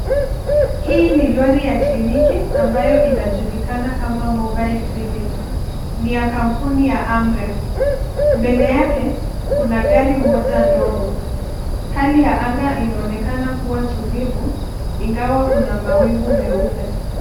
Hii ni lori ya kliniki ambayo inajulikana kama Mobile clinic ni ya kampuni ya AMREF. Mbele yake kuna gari moja ndogo. Hali ya anga inaonekaka kuwa tulivu ingawa kuna mawingu meupe.